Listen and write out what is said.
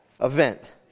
event